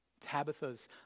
Tabitha's